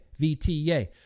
VTA